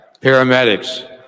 paramedics